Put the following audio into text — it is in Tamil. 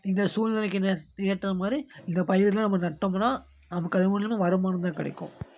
இந்த சூழ்நிலைக்கு இந்த ஏற்ற மாதிரி இந்த பயிர்லாம் நம்ம நட்டோமுன்னா நமக்கு அது மூலியமாக வருமானம்தான் கிடைக்கும்